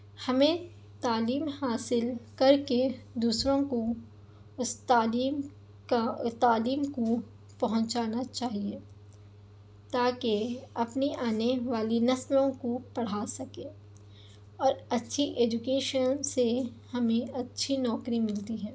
ہمیں تعلیم حاصل کر کے دوسروں کو اس تعلیم کا تعلیم کو پہنچانا چاہیے تاکہ اپنی آنے والی نسلوں کو پڑھا سکے اور اچھی ایجوکیشن سے ہمیں اچھی نوکری ملتی ہے